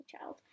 child